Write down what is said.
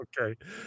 Okay